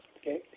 Okay